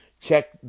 Check